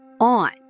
on